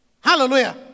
Hallelujah